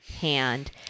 hand